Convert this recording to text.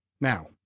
Now